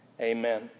Amen